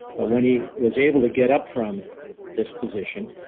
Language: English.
but when he was able to get up from this position,